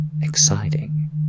exciting